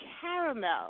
caramel